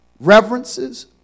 reverences